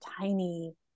tiny